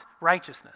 righteousness